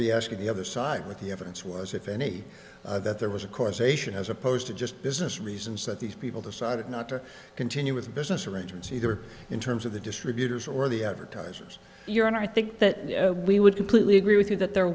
be asking the other side with the evidence was if any of that there was of course asian as opposed to just business reasons that these people decided not to continue with business arrangements either in terms of the distributors or the advertisers you're in i think that we would completely agree with you that there